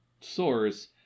source